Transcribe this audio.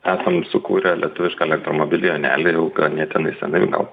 esam sukūrę lietuvišką elektromobilį jonelį jau ganėtinai senai gal